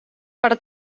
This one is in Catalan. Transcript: per